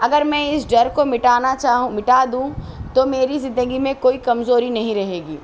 اگر میں اس ڈر کو مٹانا چاہوں مٹا دوں تو میری زندگی میں کوئی کمزوری نہیں رہے گی